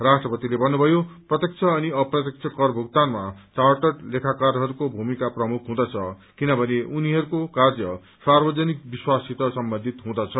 राष्ट्रपतिले भन्नुभयो प्रत्यक्ष अनि अप्रत्यक्ष कर भुगतानमा र्चाटर्ड लेखाकारहरूको भूमिका प्रमुख हुँदछ किनभने उनीहरूको काय सांवजनिक विश्वाससित सम्बन्धित हुँदछ